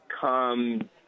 come